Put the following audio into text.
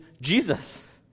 Jesus